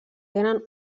tenen